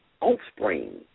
offspring